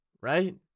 right